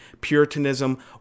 puritanism